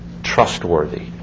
trustworthy